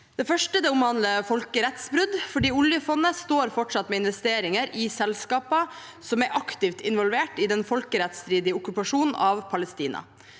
Det første omhandler folkerettsbrudd. Oljefondet står fortsatt med investeringer i selskaper som er aktivt involvert i den folkerettsstridige okkupasjonen av Palestina.